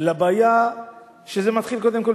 לבעיה שזה מתחיל קודם כול,